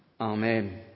Amen